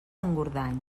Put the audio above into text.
engordany